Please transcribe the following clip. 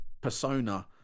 persona